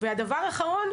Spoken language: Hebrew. והדבר האחרון,